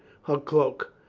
her cloak.